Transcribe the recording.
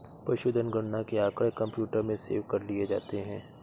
पशुधन गणना के आँकड़े कंप्यूटर में सेव कर लिए जाते हैं